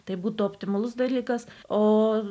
tai būtų optimalus dalykas o